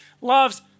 loves